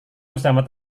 bersama